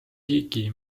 higi